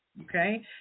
okay